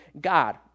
God